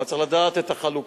אבל צריך לדעת את החלוקה,